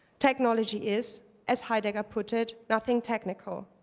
technology is, as heidegger put it, nothing technical.